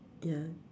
ya